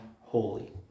Holy